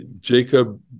Jacob